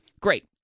great